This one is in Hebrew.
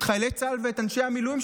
חיילי צה"ל ואת אנשי המילואים,